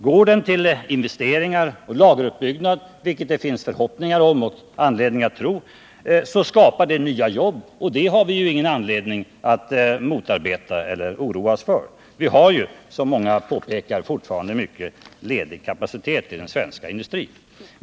Går den till investeringar och lagerutbyggnad, så skapar det nya jobb, och det har vi ju ingen anledning att motarbeta eller oroa oss för. Vi har, som många påpekar, fortfarande mycket ledig kapacitet i den svenska industrin.